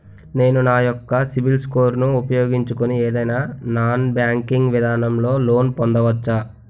నేను నా యెక్క సిబిల్ స్కోర్ ను ఉపయోగించుకుని ఏదైనా నాన్ బ్యాంకింగ్ విధానం లొ లోన్ పొందవచ్చా?